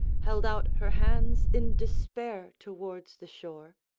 held out her hands in despair towards the shore.